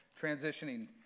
transitioning